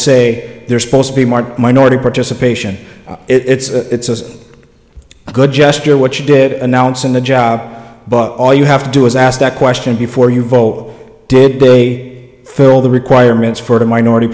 say they're supposed to be more minority participation it's a good gesture what you did announce in the job but all you have to do is ask that question before you vote did they fill the requirements for minority